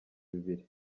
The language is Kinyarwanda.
bibiri